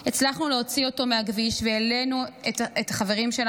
הצלחנו להוציא אותו מהכביש והעלינו את חברים שלנו,